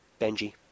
Benji